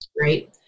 Right